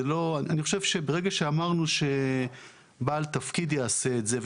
אני חושב שברגע שאמרנו שבעל תפקיד יעשה את זה,